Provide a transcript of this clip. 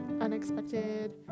unexpected